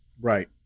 Right